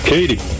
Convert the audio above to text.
Katie